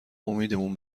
امیدمون